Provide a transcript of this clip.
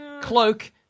cloak